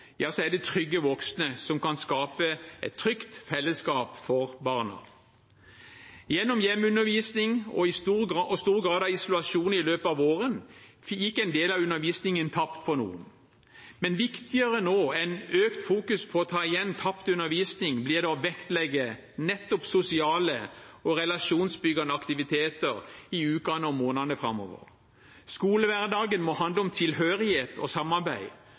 er det trygge voksne som kan skape et trygt fellesskap for barna. Gjennom hjemmeundervisning og stor grad av isolasjon i løpet av våren gikk en del av undervisningen tapt for noen, men viktigere nå enn økt fokus på å ta igjen tapt undervisning blir det å vektlegge nettopp sosiale og relasjonsbyggende aktiviteter i ukene og månedene framover. Skolehverdagen må handle om tilhørighet og samarbeid,